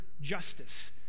justice